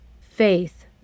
faith